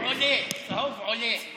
צהוב עולה, צהוב עולה.